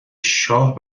شاه